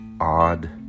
odd